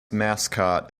mascot